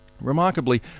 Remarkably